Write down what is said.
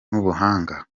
n’ubuhanga